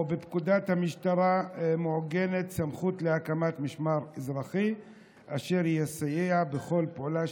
ובפקודת המשטרה מעוגנת סמכות להקמת משמר אזרחי אשר יסייע בכל פעולה